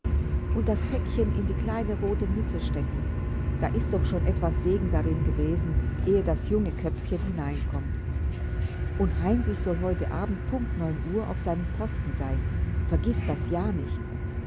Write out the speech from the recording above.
und das päckchen in die kleine rote mütze stecken da ist doch schon etwas segen darin gewesen ehe das junge köpfchen hineinkommt und heinrich soll heute abend punkt neun uhr auf seinem posten sein vergiß das ja nicht